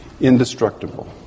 indestructible